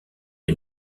est